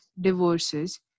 divorces